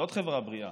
זאת חברה בריאה.